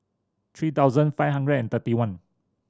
three thousand five hundred and thirty one